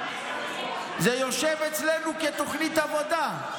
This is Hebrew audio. זה יושב אצלנו כתוכנית עבודה.